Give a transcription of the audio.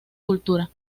cultura